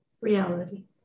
reality